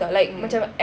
mm